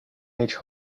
age